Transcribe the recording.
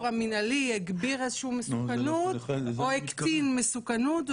המינהלי הגביר איזושהי מסוכנות או הקטין מסוכנות,